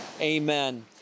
Amen